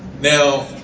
Now